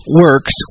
works